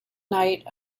night